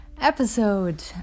episode